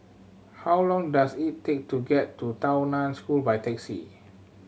how long does it take to get to Tao Nan School by taxi